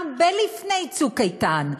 הרבה לפני "צוק איתן".